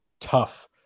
tough